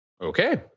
Okay